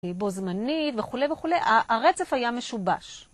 בו זמני וכולי וכולי, הרצף היה משובש.